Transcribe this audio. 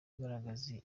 bagaragaza